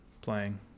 playing